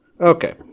Okay